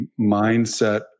mindset